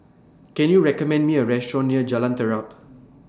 Can YOU recommend Me A Restaurant near Jalan Terap